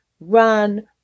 run